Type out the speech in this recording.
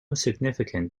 significant